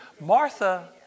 Martha